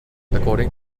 according